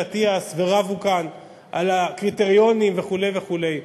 אטיאס ורבו כאן על הקריטריונים וכו' וכו'.